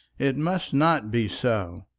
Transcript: it must not be so.